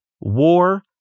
war